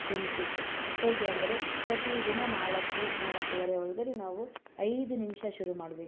benefit ಹೇಗೆ ಅಂದರೆ ಪ್ರತಿದಿನ ನಾಲ್ಕು ನಾಲ್ಕುವರೆ ಒಳಗಡೆ ನಾವು ಐದು ನಿಮಿಷ ಶುರು ಮಾಡಬೇಕು